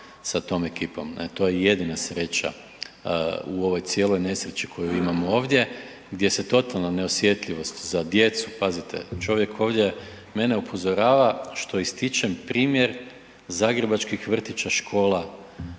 sa tom ekipom, ne. To je jedina sreća u ovoj cijeloj nesreći koju imamo ovdje gdje se totalna neosjetljivost za djecu, pazite, čovjek ovdje mene upozorava što ističem primjer zagrebačkih vrtića, škola,